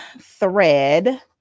thread